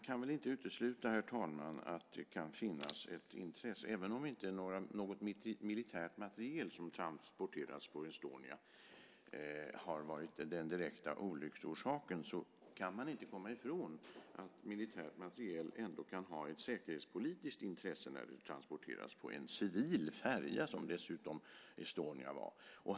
Herr talman! Även om den direkta olycksorsaken inte har varit att militär materiel har transporterats på Estonia kan man inte komma ifrån att militär materiel kan ha ett säkerhetspolitiskt intresse när den transporteras på en civil färja, som ju Estonia var.